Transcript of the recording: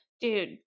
dude